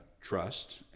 trust